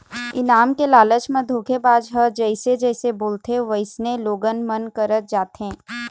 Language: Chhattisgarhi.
इनाम के लालच म धोखेबाज ह जइसे जइसे बोलथे वइसने लोगन मन करत जाथे